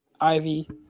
Ivy